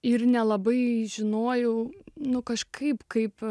ir nelabai žinojau nu kažkaip kaip